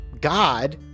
God